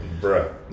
Bro